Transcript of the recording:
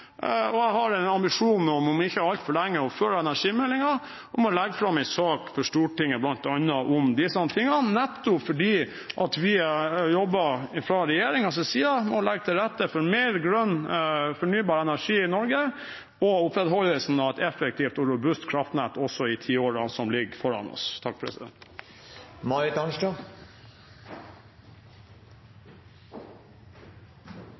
og jeg har en ambisjon om, om ikke altfor lenge og før energimeldingen, å legge fram en sak for Stortinget bl.a. om disse tingene, nettopp fordi vi fra regjeringens side jobber for å legge til rette for mer grønn, fornybar energi i Norge og opprettholdelsen av et effektivt og robust kraftnett også i tiårene som ligger foran oss.